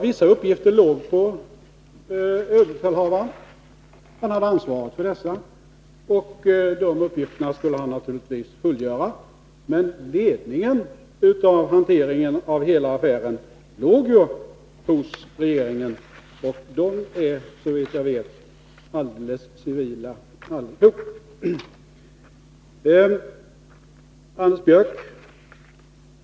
Vissa uppgifter låg ju på överbefälhavaren, han hade ansvaret för dem, och de uppgifterna skulle han naturligtvis fullgöra. Men ledningen av hanteringen av hela affären låg hos regeringen, och dess medlemmar är såvitt jag vet alldeles civila allihop.